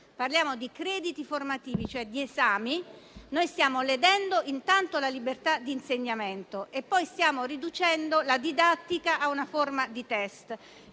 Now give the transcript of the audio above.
parliamo di crediti formativi, cioè di esami - stiamo anzitutto ledendo la libertà di insegnamento e poi stiamo riducendo la didattica a una forma di test.